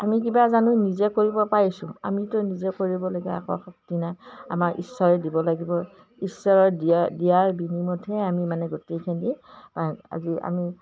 আমি কিবা জানো নিজে কৰিব পাৰিছোঁ আমিতো নিজে কৰিব লগা একো শক্তি নাই আমাৰ ঈশ্বৰে দিব লাগিব ঈশ্বৰৰ দিয়া দিয়াৰ বিনিময়তহে আমি মানে গোটেইখিনি আজি আমি